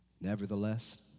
Nevertheless